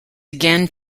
again